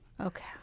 Okay